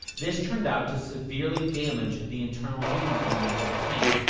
this turned out to severely damage the internal heating elements of the tank.